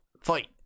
Fight